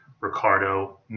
ricardo